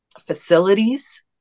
facilities